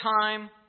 time